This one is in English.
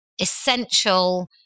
essential